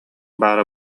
баара